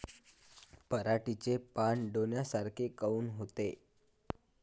पराटीचे पानं डोन्यासारखे काऊन होते?